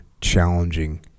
challenging